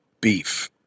beef